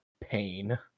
Pain